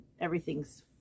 everything's